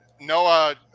noah